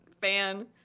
fan